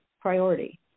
priority